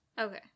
Okay